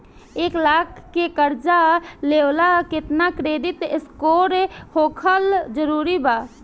एक लाख के कर्जा लेवेला केतना क्रेडिट स्कोर होखल् जरूरी बा?